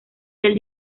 del